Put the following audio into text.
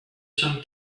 some